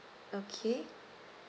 okay